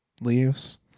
leaves